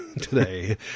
today